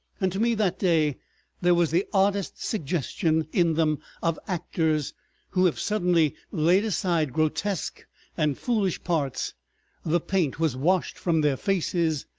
and to me that day there was the oddest suggestion in them of actors who have suddenly laid aside grotesque and foolish parts the paint was washed from their faces,